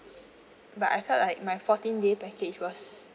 but I felt like my fourteen day package was